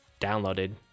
downloaded